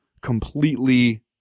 completely